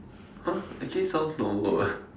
!huh! actually sounds normal eh